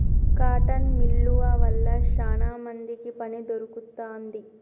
cotton మిల్లువ వల్ల శానా మందికి పని దొరుకుతాంది